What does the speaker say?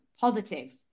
positive